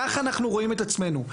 כך אנחנו רואים את עצמנו.